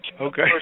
okay